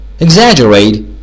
Exaggerate